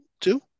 two